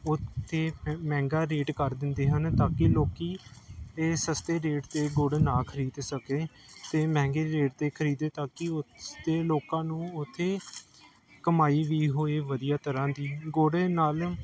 ਉੱਥੇ ਫਿਰ ਮਹਿੰਗਾ ਰੇਟ ਕਰ ਦਿੰਦੇ ਹਨ ਤਾਂ ਕਿ ਲੋਕ ਇਹ ਸਸਤੇ ਰੇਟ 'ਤੇ ਗੁੜ ਨਾ ਖਰੀਦ ਸਕੇ ਅਤੇ ਮਹਿੰਗੇ ਰੇਟ 'ਤੇ ਖਰੀਦੇ ਤਾਂ ਕਿ ਉੱਥੇ ਤੇ ਲੋਕਾਂ ਨੂੰ ਉੱਥੇ ਕਮਾਈ ਵੀ ਹੋਏ ਵਧੀਆ ਤਰ੍ਹਾਂ ਦੀ ਗੁੜ ਨਾਲ